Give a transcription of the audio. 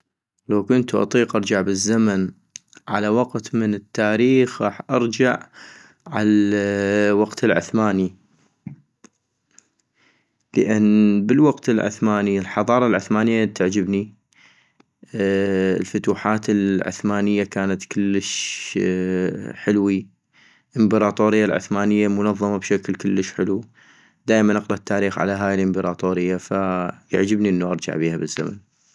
لو كنتو اطيق ارجع بالزمن على وقت من التاريخ. ، غاح ارجع عالوقت العثماني، لان بالوقت العثماني الحضارة العثمانية تعجبني، الفتوحات العثمانية كانت كلش حلوي، إمبراطورية العثمانية منظمة بشكل كلش حلو، دائما اقرا التاريخ على هاي الإمبراطورية ، فيعجبني انو ارجع بيها بالزمن